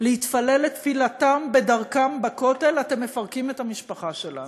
להתפלל את תפילתם בדרכם בכותל אתם מפרקים את המשפחה שלנו.